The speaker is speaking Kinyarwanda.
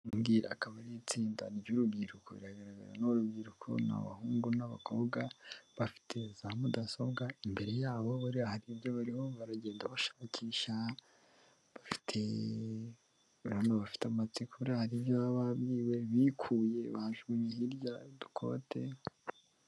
Iri ngiri akaba ari itsinda ry'urubyiruko, riragaragara n'urubyiruko abahungu n'abakobwa, bafite za mudasobwa, imbere yabo buriya hari ibyo bariho baragenda bashakisha, urabona bafite amatsiko buriya haribyo baba babwiwe, bikuye bajugunye hirya dukode.